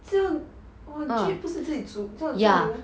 酱 !wah! jeep 不是自己 zo~ 这样自己 meh